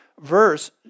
verse